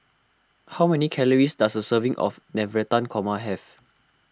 how many calories does a serving of Navratan Korma have